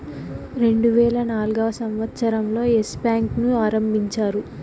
రెండువేల నాల్గవ సంవచ్చరం లో ఎస్ బ్యాంకు ను ఆరంభించారు